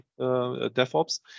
DevOps